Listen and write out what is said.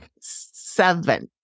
seven